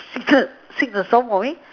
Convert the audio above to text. secret sing a song for me